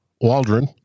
Waldron